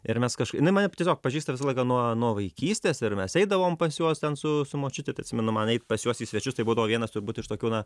ir mes kažkai inai mane tiesiog pažįsta visą laiką nuo nuo vaikystės ir mes eidavom pas juos ten su su močiute tai atsimenu man eit pas juos į svečius tai būdavo vienas turbūt iš tokių na